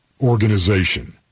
organization